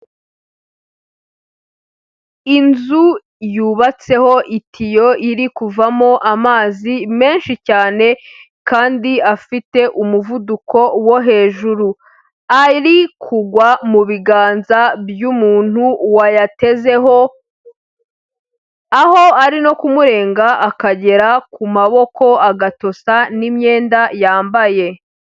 Inzu yubatseho itiyo iri kuvamo amazi menshi cyane kandi afite umuvuduko wo hejuru. Ari kugwa mu biganza by'umuntu wayatezeho aho ari no kumurenga akagera ku maboko agatosa n'imyenda yambaye.